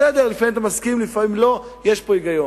בסדר, לפעמים אתה מסכים, לפעמים לא, יש פה היגיון.